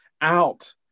out